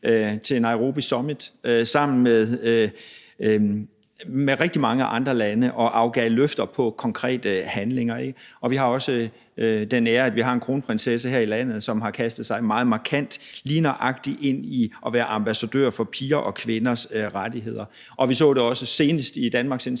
til Nairobi Summit sammen med rigtig mange andre lande og afgav løfter om konkrete handlinger. Vi har også den ære, at vi har en kronprinsesse her i landet, som har kastet sig meget markant ind i lige nøjagtig at være ambassadør for piger og kvinders rettigheder. Vi så det også senest i Danmarksindsamlingen